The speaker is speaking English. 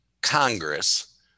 Congress